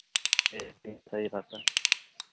जैविक सही रहता है